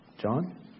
John